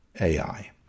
AI